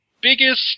biggest